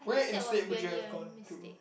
think that was really a mistake